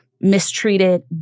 mistreated